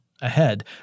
ahead